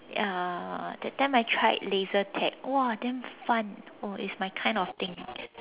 ya that time I tried laser tag !wah! damn fun oh it's my kind of thing